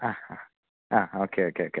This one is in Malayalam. ആ ആ ആ ഓക്കെ ഓക്കെ ഓക്കെ